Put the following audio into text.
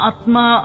Atma